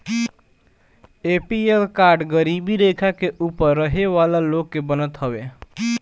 APL card गरीबी रेखा के ऊपर रहे वाला लोग के बनत हवे